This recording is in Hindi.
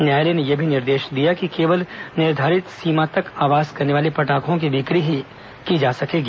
न्यायालय ने यह भी निर्देश दिया कि केवल निर्धारित सीमा तक आवाज करने वाले पटाखों की बिक्री ही की जा सकेगी